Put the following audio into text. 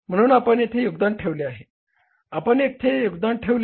म्हणून आपण येथे योगदान ठेवले आहे आपण येथे योगदान ठेवले आहे